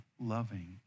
loving